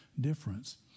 difference